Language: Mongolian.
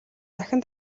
дахин